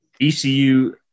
ECU